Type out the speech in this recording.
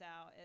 out